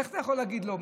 איך אתה יכול להגיד לא?